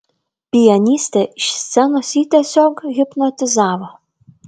pianistė iš scenos jį tiesiog hipnotizavo